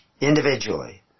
individually